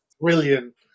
brilliant